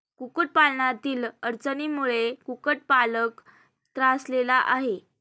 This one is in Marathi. कुक्कुटपालनातील अडचणींमुळे कुक्कुटपालक त्रासलेला आहे